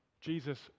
Jesus